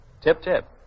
Tip-tip